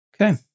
Okay